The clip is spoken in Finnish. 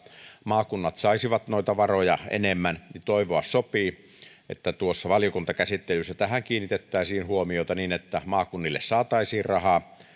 maakunnat saisivat noita varoja enemmän niin toivoa sopii että valiokuntakäsittelyssä tähän kiinnitettäisiin huomiota niin että maakunnille saataisiin rahaa